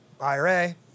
ira